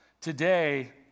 Today